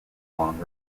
long